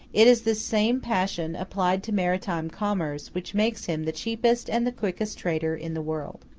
it is this same passion, applied to maritime commerce, which makes him the cheapest and the quickest trader in the world.